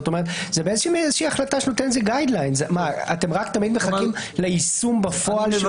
זאת אומרת, מה, אתם רק תתמיד מחכים ליישום בפועל?